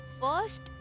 first